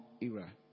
era